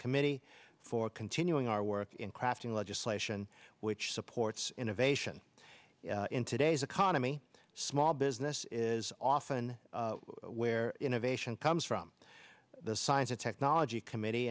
committee for continuing our work in crafting legislation which supports innovation in today's economy small business is often where innovation comes from the science and technology committee